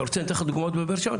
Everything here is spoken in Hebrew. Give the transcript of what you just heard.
אתה רוצה שאתן לך דוגמאות בבאר שבע?